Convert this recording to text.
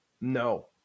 No